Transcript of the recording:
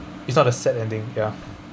it's not a sad ending ya